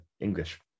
English